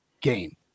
game